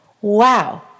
Wow